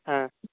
हा